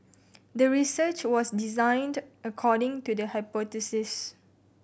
the research was designed according to the hypothesis